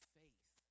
faith